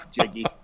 Jiggy